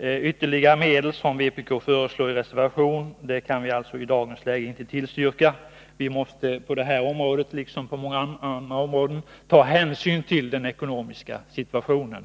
Ytterligare medel, som vpk i reservation föreslår, kan vi i dagens läge inte tillstyrka. Vi måste på det här området liksom på många andra ta hänsyn till den ekonomiska situationen.